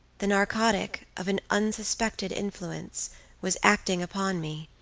the narcotic of an unsuspected influence was acting upon me,